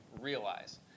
realize